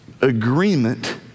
agreement